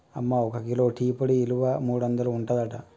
అమ్మ ఒక kilo tea పొడి ఇలువ మూడొందలు ఉంటదట